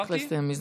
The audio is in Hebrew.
צריך לסיים מזמן.